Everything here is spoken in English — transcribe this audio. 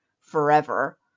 forever